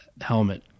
helmet